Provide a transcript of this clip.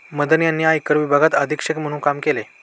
मदन यांनी आयकर विभागात अधीक्षक म्हणून काम केले